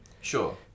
sure